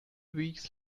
weeks